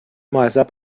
معذب